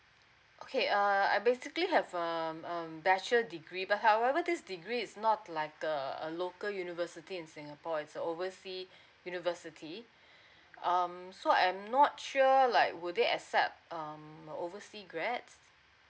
okay err I basically have um um bachelor degree but however this degree is not like err a local university in singapore is oversea university um so I'm not sure like will they accept um oversea grad